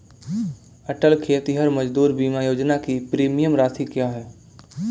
अटल खेतिहर मजदूर बीमा योजना की प्रीमियम राशि क्या है?